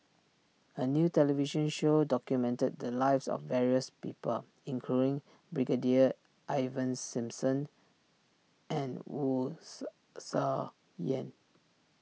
a new television show documented the lives of various people including Brigadier Ivan Simson and Wu Yen